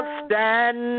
stand